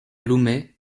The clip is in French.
loumet